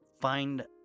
find